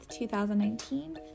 2019